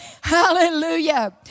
Hallelujah